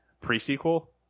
pre-sequel